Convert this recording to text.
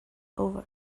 over